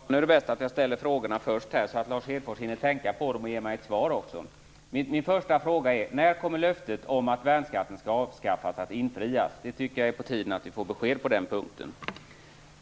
Herr talman! Nu är det bäst att jag ställer frågorna först, så att Lars Hedfors hinner tänka på dem och ge mig ett svar. Min första fråga är: När kommer löftet om att värnskatten skall avskaffas att infrias? Jag tycker att det är på tiden att vi får besked på den punkten.